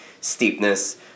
steepness